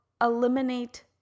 eliminate